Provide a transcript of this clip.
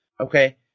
Okay